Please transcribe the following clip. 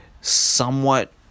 somewhat